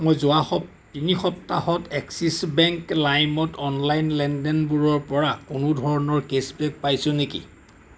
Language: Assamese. মই যোৱা সপ তিনি সপ্তাহত এক্সিছ বেংক লাইমত অনলাইন লেনদেনবোৰৰপৰা কোনো ধৰণৰ কেচবেক পাইছোঁ নেকি